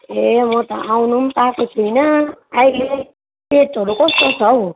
ए म त आउनु पनि पाएको छुइनँ अहिले पेटहरू कस्तो छ हौ